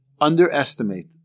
underestimate